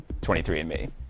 23andMe